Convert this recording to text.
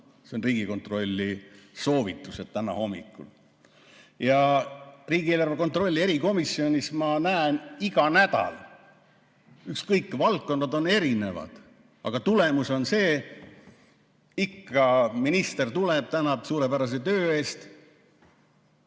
Need olid Riigikontrolli soovitused täna hommikul. Riigieelarve kontrolli erikomisjonis ma näen seda iga nädal. Ükskõik, valdkonnad on erinevad, aga tulemus on see, et ikka minister tuleb, tänab suurepärase töö eest